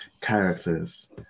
characters